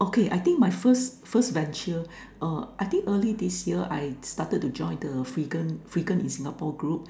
okay I think my first first venture uh I think early this year I started to join the freegan freegan in Singapore group